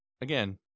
again